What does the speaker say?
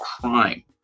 crime